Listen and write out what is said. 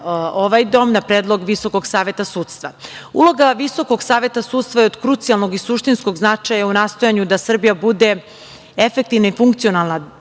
ovaj dom na predlog Visokog saveta sudstva. Uloga Visokog saveta sudstva je od krucijalnog i suštinskog značaja u nastojanju da Srbija bude efektivna i funkcionalna